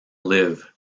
live